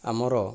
ଆମର